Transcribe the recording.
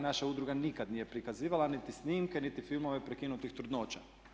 Naša udruga nikad nije prikazivala niti snimke, niti filmove prekinutih trudnoća.